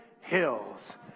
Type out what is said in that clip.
hills